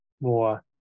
more